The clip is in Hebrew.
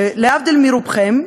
שלהבדיל מרובכם,